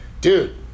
Dude